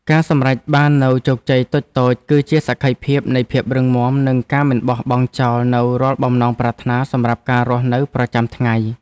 ការសម្រេចបាននូវជោគជ័យតូចៗគឺជាសក្ខីភាពនៃភាពរឹងមាំនិងការមិនបោះបង់ចោលនូវរាល់បំណងប្រាថ្នាសម្រាប់ការរស់នៅប្រចាំថ្ងៃ។